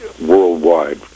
worldwide